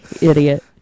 idiot